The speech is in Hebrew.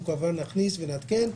אנחנו כמובן נכניס ונעדכן,